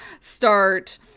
start